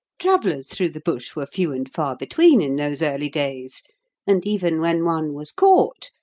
travellers through the bush were few and far between in those early days and, even when one was caught,